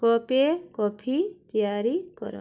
କପେ କଫି ତିଆରି କର